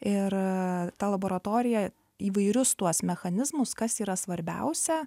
ir ta laboratorija įvairius tuos mechanizmus kas yra svarbiausia